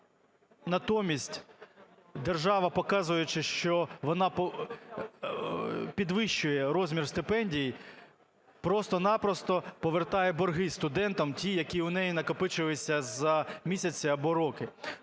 Натомість держава, показуючи, що вона підвищує розмір стипендій, просто-на-просто повертає борги студентам, ті, які у неї накопичилися за місяці або роки.